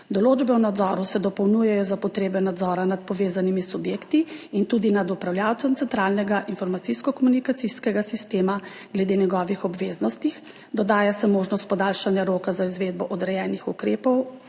Določbe o nadzoru se dopolnjujejo za potrebe nadzora nad povezanimi subjekti in tudi nad upravljavcem centralnega informacijsko-komunikacijskega sistema glede njegovih obveznosti, dodaja se možnost podaljšanja roka za izvedbo odrejenih ukrepov